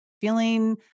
feeling